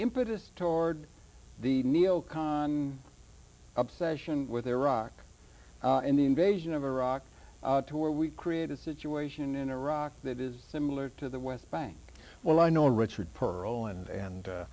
impetus toward the neo con obsession with iraq and the invasion of iraq to where we create a situation in iraq that is similar to the west bank well i know richard perle and